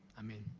i mean,